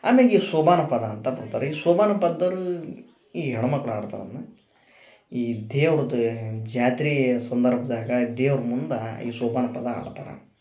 ಆಮೇಗ ಈ ಸೋಬಾನ ಪದ ಅಂತ ಬರ್ತಾರೆ ಈ ಸೋಬಾನ ಪದ್ದಲ್ಲಿ ಈ ಹೆಣ್ಮಕ್ಳು ಹಾಡ್ತಾರ ಅದನ್ನ ಈ ದೇವರದ ಜಾತ್ರೆ ಸಂದರ್ಭದಾಗ ದೇವ್ರು ಮುಂದ ಈ ಸೋಬಾನ ಪದ ಹಾಡ್ತಾರ